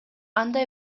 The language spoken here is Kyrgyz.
андай